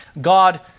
God